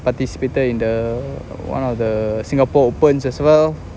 participated in the one of the singapore opens as well